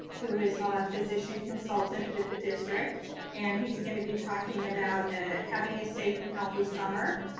who is a physician consultant with the district and he's gonna be talking about ah having a safe and healthy summer.